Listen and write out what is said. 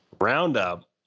Roundup